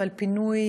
אבל פינוי